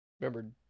Remember